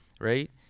right